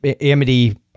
Amity